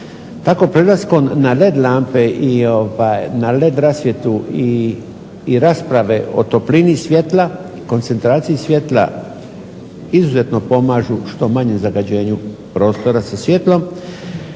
Tako prelaskom na led lampe i na led rasvjetu i rasprave o toplini svjetla, koncentraciji svjetla izuzetno pomažu što manje zagađenju prostora sa svjetlom.